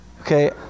Okay